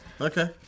Okay